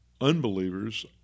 unbelievers